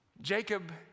Jacob